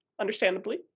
understandably